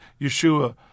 Yeshua